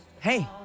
Hey